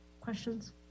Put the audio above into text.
questions